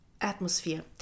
atmosphere